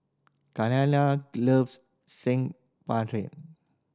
loves Saag